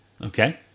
Okay